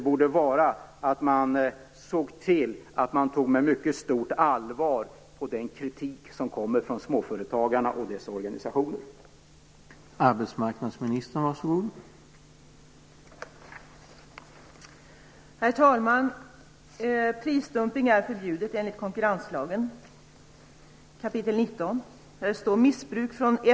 Borde man inte dessutom ta kritiken som kommer från småföretagarna och deras organisationer på stort allvar?